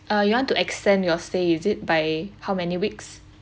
uh you want to extend your stay is it by how many weeks